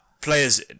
players